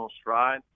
stride